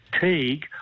Teague